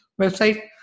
website